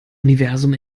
universum